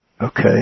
Okay